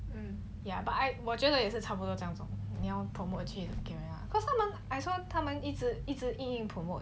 ya but I 我觉得也是差不多这样子你要 promote 去 caring lah cause 他们 I saw 他们一直一直硬硬 promote